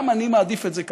גם אני מעדיף את זה כך.